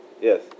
Yes